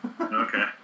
Okay